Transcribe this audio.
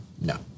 No